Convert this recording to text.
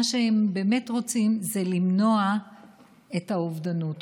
מה שהם באמת רוצים זה למנוע את האובדנות,